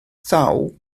thaw